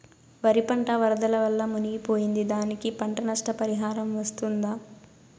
వరి పంట వరదల వల్ల మునిగి పోయింది, దానికి పంట నష్ట పరిహారం వస్తుందా?